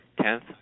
Tenth